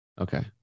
Okay